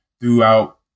throughout